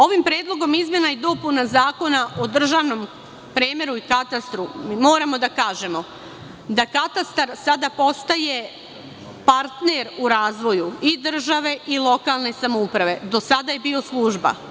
Ovim predlogom izmena i dopuna Zakona o državnom premeru i katastru moramo da kažemo da katastar sada postaje partner u razvoju i države i lokalne samouprave, a do sada je bio služba.